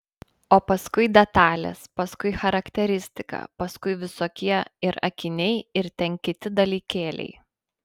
o paskui detalės paskui charakteristika paskui visokie ir akiniai ir ten kiti dalykėliai